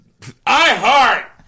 iHeart